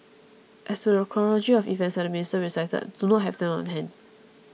as to the chronology of events that the minister recited I do not have them on hand